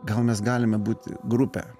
gal mes galime būti grupė